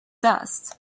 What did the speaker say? dust